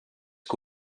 que